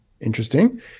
Interesting